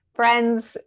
friends